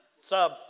Sub